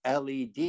led